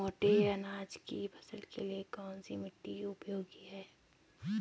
मोटे अनाज की फसल के लिए कौन सी मिट्टी उपयोगी है?